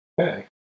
Okay